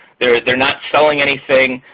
they're they're not selling anything.